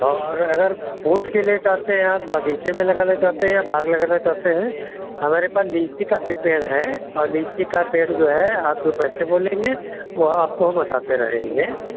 और अगर फूल खिले चाहते हैं आप बगीचे में लगाना चाहते हैं या बाग लगाना चाहते हैं हमारे पास लीची का भी पेड़ है और लीची का पेड़ जो है आप जो पैसे बोलेंगे वो आपको हम बताते रहेंगे